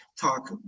talk